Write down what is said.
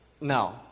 no